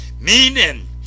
meaning